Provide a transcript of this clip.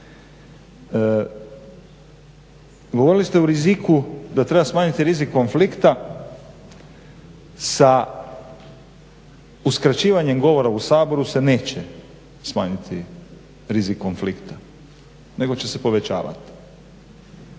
Govorili ste o riziku da treba smanjiti rizik konflikta sa uskraćivanjem govora u Saboru se neće smanjiti rizik konflikta nego će se povećavati.